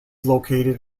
located